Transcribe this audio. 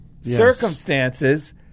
circumstances